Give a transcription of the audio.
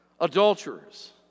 adulterers